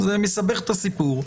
זה מסבך את הסיפור,